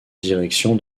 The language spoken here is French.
direction